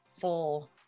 full